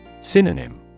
Synonym